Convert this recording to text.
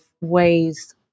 ways